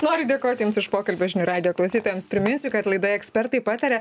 noriu dėkoti jums iš pokalbio žinių radijo klausytojams priminsiu kad laidoje ekspertai pataria